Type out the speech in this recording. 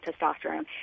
testosterone